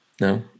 No